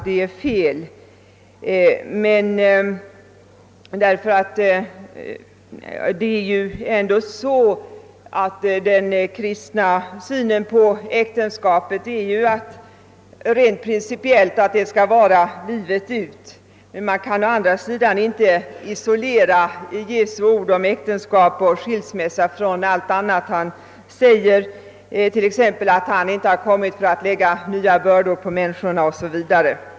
Den kristna synen på äktenskapet är principiellt, att detta skall vara livet ut. Man kan emellertid inte heller isolera Jesu ord om äktenskap och skilsmässa från allt annat han har sagt, t.ex. att han inte har kommit för att lägga nya bördor på människorna.